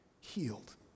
healed